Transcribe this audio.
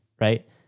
Right